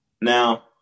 Now